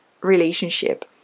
relationship